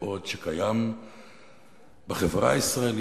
מאוד שקיים בחברה הישראלית,